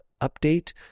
update